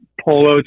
polo